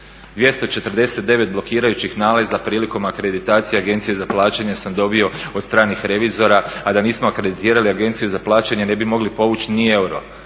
249 blokirajućih nalaza prilikom akreditacije Agencije za plaćanje sam dobio od stranih revizora, a da nismo akreditirali Agenciju za plaćanje ne bi mogli povući ni euro,